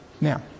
Now